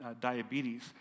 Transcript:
diabetes